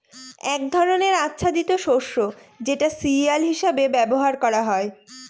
এক ধরনের আচ্ছাদিত শস্য যেটা সিরিয়াল হিসেবে ব্যবহার করা হয়